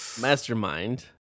Mastermind